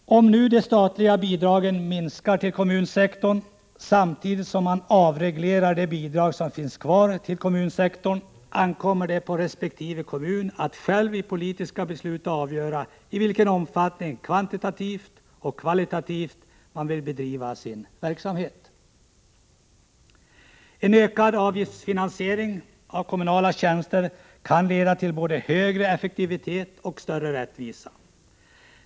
Om de statliga bidragen till kommunsektorn minskar samtidigt som de kvarvarande bidragen avregleras, ankommer det på resp. kommun att själv i politiska beslut avgöra i vilken omfattning, kvantitativt och kvalitativt, man vill bedriva sin verksamhet. En ökad avgiftsfinansiering av kommunala tjänster kan leda till både högre effektivitet och större rättvisa.